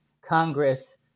Congress